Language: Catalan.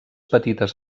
petites